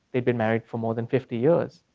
they'd been married for more than fifty years.